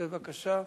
בבקשה.